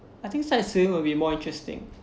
I think sightseeing will be more interesting